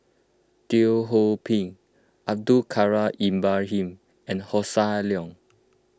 Teo Ho Pin Abdul Kadir Ibrahim and Hossan Leong